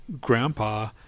grandpa